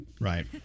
Right